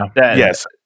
Yes